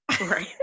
Right